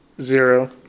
Zero